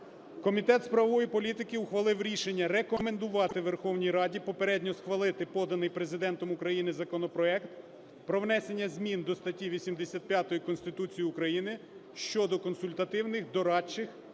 Комітет з правової політики ухвалив рішення рекомендувати Верховній Раді попередньо схвалити поданий Президентом України законопроект про внесення змін до статті 85 Конституції України (щодо консультативних, дорадчих